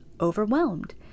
overwhelmed